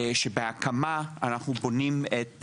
שבהקמה אנחנו בונים את